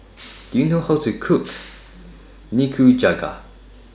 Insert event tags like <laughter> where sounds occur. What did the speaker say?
<noise> Do YOU know How to Cook <noise> Nikujaga